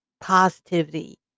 positivity